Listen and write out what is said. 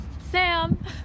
Sam